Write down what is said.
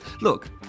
Look